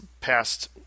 past